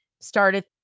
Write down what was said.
started